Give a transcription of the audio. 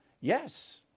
Yes